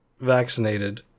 vaccinated